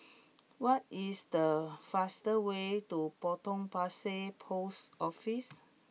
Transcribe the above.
what is the fastest way to Potong Pasir Post Office